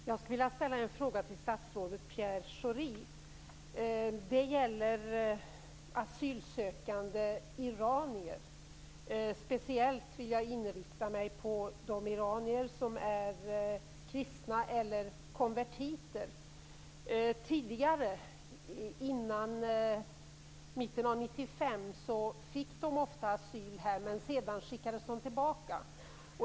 Herr talman! Jag vill ställa en fråga till statsrådet Pierre Schori. Det gäller asylsökande iranier. Speciellt vill jag inrikta mig på de iranier som är kristna eller konvertiter. Tidigare, före mitten av 1995, fick dessa iranier ofta asyl här, men senare skickades man tillbaka.